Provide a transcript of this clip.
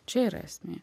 čia yra esmė